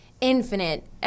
infinite